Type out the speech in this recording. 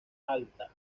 alta